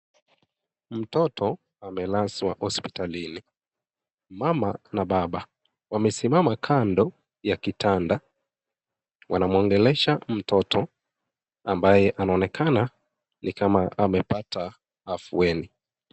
Mtoto amelazwa hospitalini. Mama na baba wamesimama kando ya kitanda. Wanamwongelesha mtoto ambaye anaonekana ni kama amepata afueni.